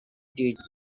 did